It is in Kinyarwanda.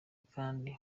kandi